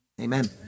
Amen